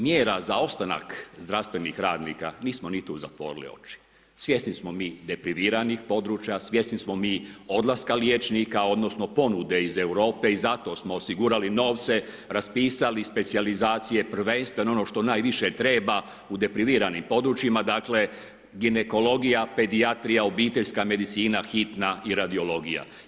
Što se tiče mjera za ostanak zdravstvenih radnika nismo ni tu zatvorili oči, svjesni smo mi depriviranih područja, svjesni smo mi odlaska liječnika odnosno ponude iz Europe i zato smo osigurali novce, raspisali specijalizacije prvenstveno ono što najviše treba u depriviranim područjima, dakle, ginekologija, pedijatrija, obiteljska medicina, hitna, i radiologija.